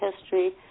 history